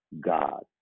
God